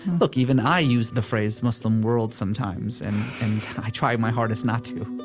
look, even i use the phrase muslim world sometimes. and i try my hardest not to